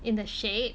in the shade